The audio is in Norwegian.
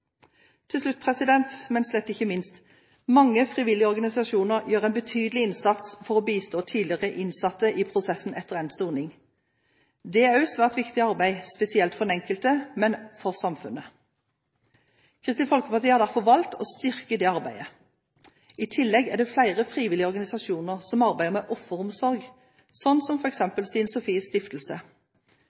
Til slutt, men slett ikke minst: Mange frivillige organisasjoner gjør en betydelig innsats for å bistå tidligere innsatte i prosessen etter endt soning. Dette er også svært viktig arbeid, spesielt for den enkelte, men også for samfunnet. Kristelig Folkeparti har derfor valgt å styrke dette arbeidet. I tillegg er det flere frivillige organisasjoner som arbeider med offeromsorg, slik som Stine Sofies Stiftelse.